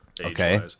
Okay